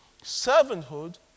Servanthood